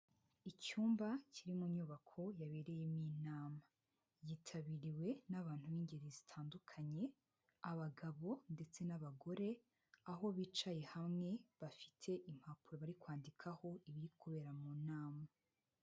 Icyumba kiri mu nyubako yabereyemo inama, yitabiriwe n'abantu b'ingeri zitandukanye, abagabo ndetse n'abagore, aho bicaye hamwe, bafite impapuro bari kwandikaho ibiri kubera mu nama.